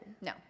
No